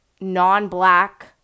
non-black